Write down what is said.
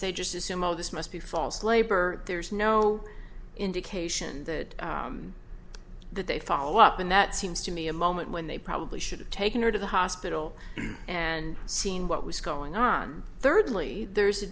they just assume oh this must be false labor there's no indication that they follow up and that seems to me a moment when they probably should have taken her to the hospital and seen what was going on thirdly there's a